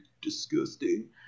disgusting